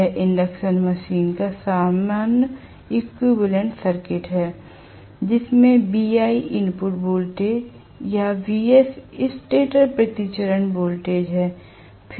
यह induction machine का सामान्य इक्विवेलेंट सर्किट है जिसमें V1 इनपुट वोल्टेज या Vs स्टेटर प्रति चरण वोल्टेज है